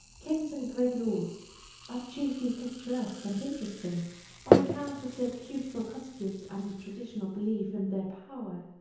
kings and great lords are chiefly picturesque and interesting on account of their beautiful costumes, and a traditional belief in their power.